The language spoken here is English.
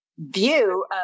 view